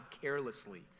carelessly